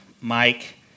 Mike